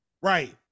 right